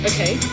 Okay